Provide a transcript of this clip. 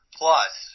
plus